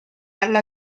alla